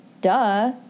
Duh